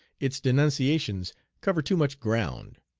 its denunciations cover too much ground.